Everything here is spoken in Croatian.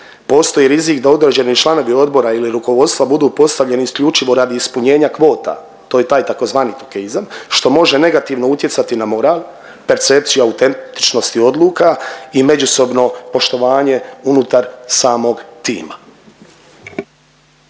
postoji rizik da određeni članovi odbora ili rukovodstva budu postavljeni isključivo radi ispunjenja kvota. To je taj tzv. tokeizam što može negativno utjecati na moral, percepciju autentičnosti odluka i međusobno poštovanje unutar samog tima.